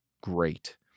great